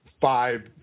five